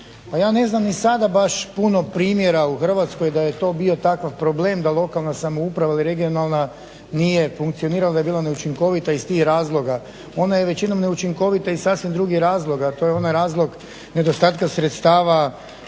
ja ne znam ni sada baš puno primjera u Hrvatskoj da je to bio takav problem da lokalna samouprava ili regionalna nije funkcionirala, da je bila neučinkovita iz tih razloga. Ona je većinom neučinkovita iz sasvim drugih razloga, to je onaj razlog nedostatka sredstava,